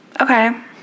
okay